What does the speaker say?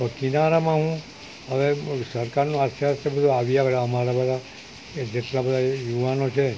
હવે કિનારામાં શું હવે સરકારનો આસ્તે આસ્તે આવ્યા કરે આમાં એટલે બધા જેટલા બધા યુવાનો છે